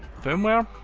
firmware.